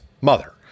mother